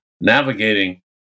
navigating